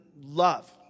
love